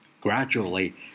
Gradually